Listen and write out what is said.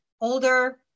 older